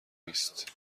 نیست